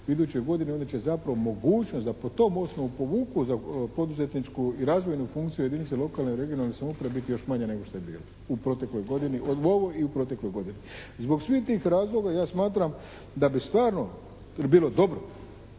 u idućoj godini onda će zapravo mogućnost da po tom osnovu povuku poduzetničku i razvojnu funkciju jedinica lokalne i regionalne samouprave biti još manja nego što je bila u protekloj godini …/Govornik se ne razumije./… i u protekloj godini. Zbog svih tih razloga ja smatram da bi stvarno bilo dobro